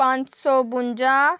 पंज सौ बुंजा